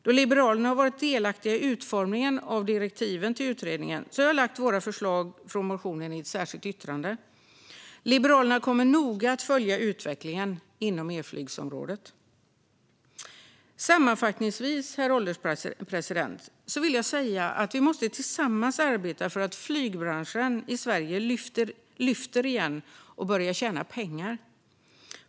Då Liberalerna har varit delaktiga i utformningen av direktiven till utredningen har jag lagt fram våra förslag från motionen i ett särskilt yttrande. Liberalerna kommer noga att följa utvecklingen inom elflygsområdet. Sammanfattningsvis, herr ålderspresident, vill jag säga att vi tillsammans måste arbeta för att flygbranschen i Sverige ska lyfta igen och börja tjäna pengar.